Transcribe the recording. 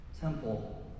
temple